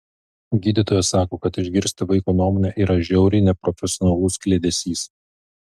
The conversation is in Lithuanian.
gydytojas sako kad išgirsti vaiko nuomonę yra žiauriai neprofesionalus kliedesys